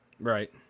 right